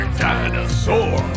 dinosaur